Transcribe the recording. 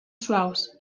suaus